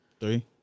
Three